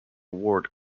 ward